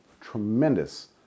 tremendous